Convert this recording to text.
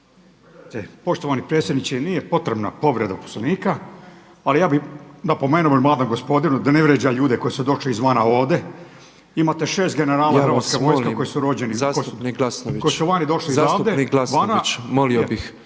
Poštovani predsjedniče. Nije potrebna povreda Poslovnika, ali ja bih napomenuo mladom gospodinu da ne vrijeđa ljude koji su došli izvana ovdje. Imate 6 generala Hrvatske vojske koji su rođeni … **Petrov, Božo (MOST)** Ja vas molim zastupnik Glasnović molio bih,